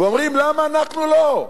ואומרים: למה אנחנו לא?